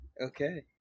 Okay